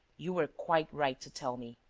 you were quite right to tell me.